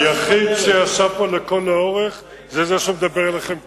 היחיד שישב פה לכל האורך זה זה שמדבר אליכם כרגע.